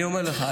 אני אומר לך,